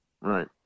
Right